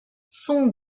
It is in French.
sont